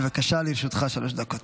בבקשה, לרשותך שלוש דקות.